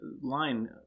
line